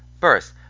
First